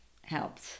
helped